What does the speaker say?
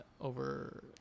over